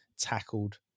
tackled